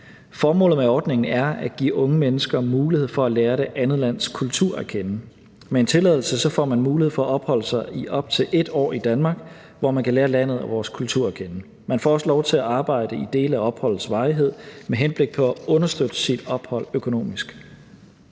Formålet med ordningen er at give unge mennesker mulighed for at lære det andet lands kultur at kende. Med en tilladelse får man mulighed for at opholde sig i op til 1 år i Danmark, hvor man kan lære landet og vores kultur at kende. Man får også lov til at arbejde i dele af opholdets varighed med henblik på at understøtte sit ophold økonomisk.